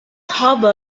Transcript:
harbor